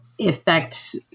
affect